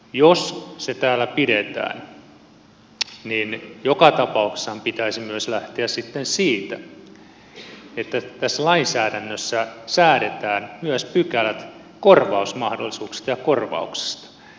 jos se täällä pidetään niin joka tapauksessahan pitäisi myös lähteä sitten siitä että tässä lainsäädännössä säädetään myös pykälät korvausmahdollisuuksista ja korvauksista